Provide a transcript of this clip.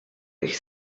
ich